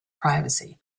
privacy